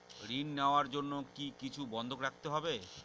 ঋণ নেওয়ার জন্য কি কিছু বন্ধক রাখতে হবে?